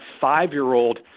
five-year-old